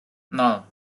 nol